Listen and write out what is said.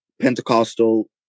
Pentecostal